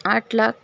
آٹھ لاکھ